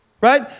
Right